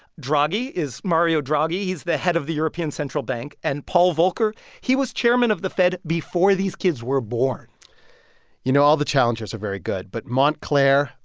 draghi is mario draghi. he's the head of the european central bank. and paul volcker he was chairman of the fed before these kids were born you know, all the challengers are very good. but montclair,